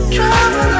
Trouble